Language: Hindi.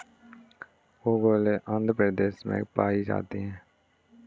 ओंगोले आंध्र प्रदेश में पाई जाती है